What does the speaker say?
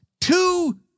Two